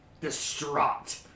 Distraught